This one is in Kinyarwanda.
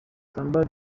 samba